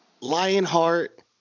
Lionheart